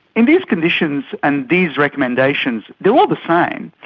in these conditions and these recommendations, they are all the same,